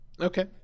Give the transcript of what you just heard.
Okay